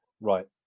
right